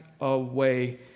away